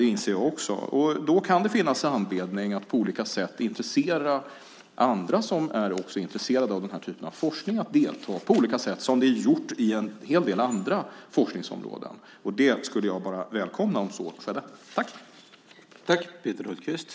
Det inser också jag. Då kan det finnas anledning att på olika sätt intressera andra som också är intresserade av den här typen av forskning att delta på olika sätt. Det har man gjort på en hel del andra forskningsområden. Jag skulle välkomna om så skedde.